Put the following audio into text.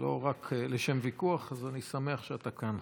ולא רק לשם ויכוח, אז אני שמח שאתה כאן.